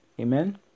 Amen